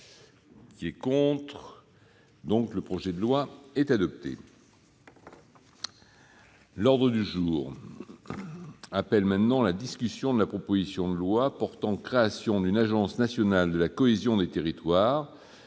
L'ordre du jour appelle la discussion de la proposition de loi portant création d'une Agence nationale de la cohésion des territoires,